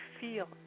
feel